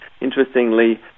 interestingly